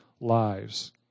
lives